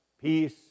peace